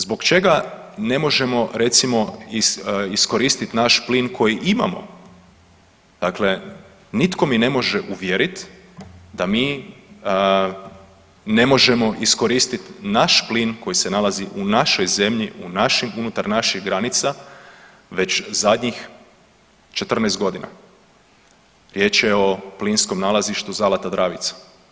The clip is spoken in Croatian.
Zbog čega ne možemo recimo iskoristit naš plin koji imamo, dakle nitko me ne može uvjerit da mi ne možemo iskoristit naš plin koji se nalazi u našoj zemlji unutar naših granica već zadnjih 14.g., riječ je o plinskom nalazištu Zalata-Dravica.